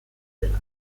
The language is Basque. dela